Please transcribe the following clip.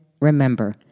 remember